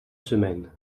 semaines